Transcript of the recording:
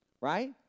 Right